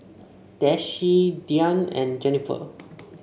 Dezzie Deann and Jenifer